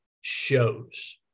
shows